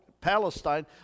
Palestine